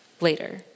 later